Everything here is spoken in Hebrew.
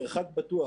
"מרחק בטוח",